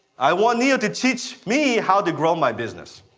i want neil to teach me how to grow my business.